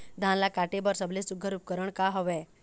धान ला काटे बर सबले सुघ्घर उपकरण का हवए?